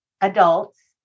adults